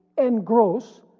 engross,